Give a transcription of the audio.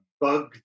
bug